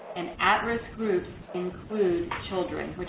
and at-risk groups include children,